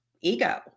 ego